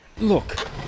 Look